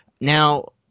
Now